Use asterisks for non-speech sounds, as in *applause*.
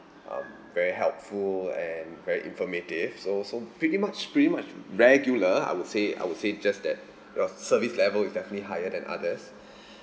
um very helpful and very informative so also pretty much pretty much regular I would say I would say just that your service level is definitely higher than others *breath*